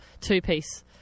two-piece